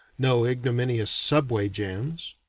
no ignominious subway-jams.